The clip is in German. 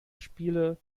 spiele